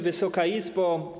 Wysoka Izbo!